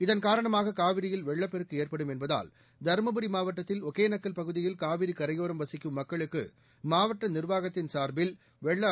இதன் காரணமாக காவிரியில் வெள்ளப்பெருக்கு ஏற்படும் என்பதால் தருமபுரி மாவட்டத்தில் ஒகேளக்கல் பகுதியில் காவிரி கரையோரம் வசிக்கும் மக்களுக்கு மாவட்ட நிர்வாகத்தின் சார்பில் வெள்ள அபாய எச்சரிக்கை விடப்பட்டுள்ளது